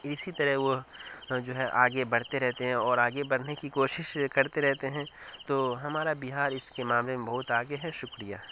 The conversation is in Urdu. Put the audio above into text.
اسی طرح وہ جو ہے آگے بڑھتے رہتے ہیں اور آگے بڑھنے کی کوشش کرتے رہتے ہیں تو ہمارا بہار اس کے معاملے میں بہت آگے ہے شکریہ